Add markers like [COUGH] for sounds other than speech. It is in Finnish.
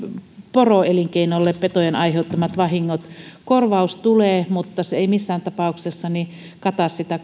poroelinkeinolle petojen aiheuttamat vahingot korvaus tulee mutta se ei missään tapauksessa kata sitä [UNINTELLIGIBLE]